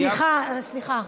סליחה.